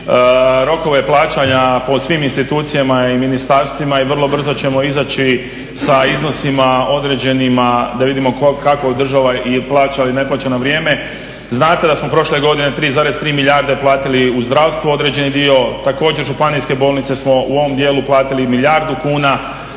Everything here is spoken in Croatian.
rokove plaćanja po svim institucijama i ministarstvima i vrlo brzo ćemo izaći sa iznosima određenima da vidimo kako država ili plaća ili ne plaća na vrijeme. Znate da smo prošle godine 3,3 milijarde platili u zdravstvo, određeni dio također županijske bolnice smo u ovom dijelu platili milijardu kuna.